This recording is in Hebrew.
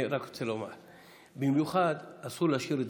אני רק רוצה לומר: במיוחד אסור להשאיר את